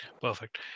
Perfect